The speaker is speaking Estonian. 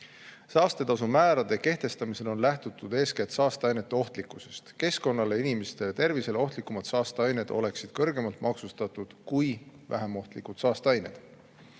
Saastetasumäärade kehtestamisel on lähtutud eeskätt saasteainete ohtlikkusest keskkonnale. Inimeste tervisele ohtlikumad saasteained oleksid kõrgemalt maksustatud kui vähem ohtlikud saasteained.